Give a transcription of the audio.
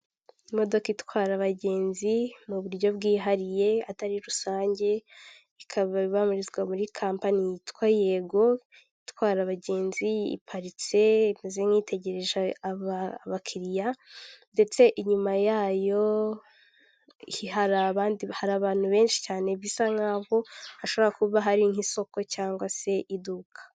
Imodoka itwara abagenzi mu buryo bwihariye atari rusange ika ibarizwa muri kampanyi yitwa Yego itwara abagenzi iparitse imeze nk'itegereje abakiriya ndetse inyuma yayo hari hari abantu benshi cyane bisa nkaho hashobora kuba hari nk'isoko cyangwa se iduka.